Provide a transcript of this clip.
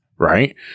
Right